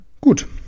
Gut